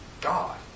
God